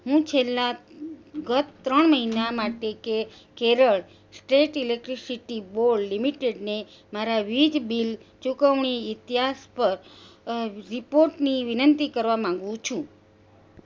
હું છેલ્લા ગત ત્રણ મહિના માટે કે કેરળ સ્ટેટ ઇલેક્ટ્રિસિટી બોર્ડ લિમિટેડને મારા વીજ બિલ ચુકવણી ઈતિહાસ પર અ રિપોર્ટની વિનંતી કરવા માંગુ છું